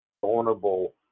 vulnerable